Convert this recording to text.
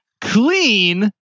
clean